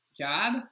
job